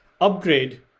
upgrade